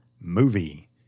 movie